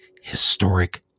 historic